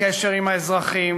הקשר עם האזרחים,